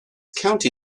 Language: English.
county